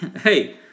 Hey